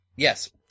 Yes